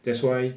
that's why